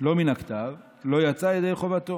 לא מן הכתב, "לא יצא ידי חובתו.